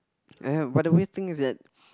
I have by the weird thing is that